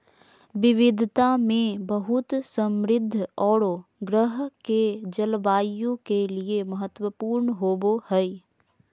विविधता में बहुत समृद्ध औरो ग्रह के जलवायु के लिए महत्वपूर्ण होबो हइ